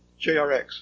JRX